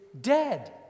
dead